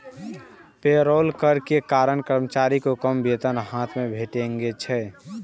payroll कर के कारण कर्मचारी कें कम वेतन हाथ मे भेटै छै